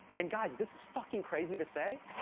and, guys, this is fucking crazy to say,